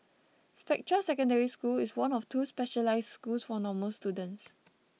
Spectra Secondary School is one of two specialised schools for normal students